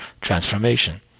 transformation